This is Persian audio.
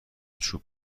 چوب